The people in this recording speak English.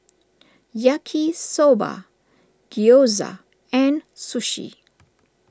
Yaki Soba Gyoza and Sushi